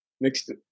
next